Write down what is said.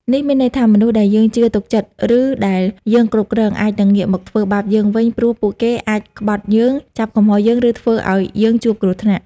នេះមានន័យថាមនុស្សដែលយើងជឿទុកចិត្ត ឬដែលយើងគ្រប់គ្រង អាចនឹងងាកមកធ្វើបាបយើងវិញព្រោះពួកគេអាចក្បត់យើង ចាប់កំហុសយើង ឬធ្វើឱ្យយើងជួបគ្រោះថ្នាក់។